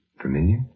Familiar